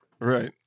right